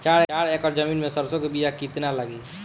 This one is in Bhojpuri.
चार एकड़ जमीन में सरसों के बीया कितना लागी?